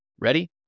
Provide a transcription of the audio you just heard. Ready